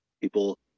people